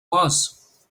was